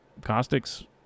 Caustic's